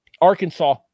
Arkansas